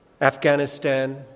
Afghanistan